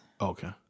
Okay